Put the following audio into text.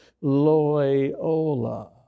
Loyola